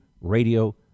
Radio